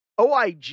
OIG